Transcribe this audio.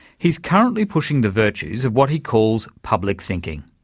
he's currently pushing the virtues of what he calls public thinking.